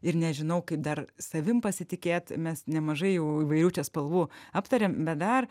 ir nežinau kaip dar savim pasitikėt mes nemažai jau įvairių čia spalvų aptarėm bet dar